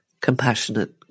compassionate